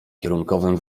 kierunkowym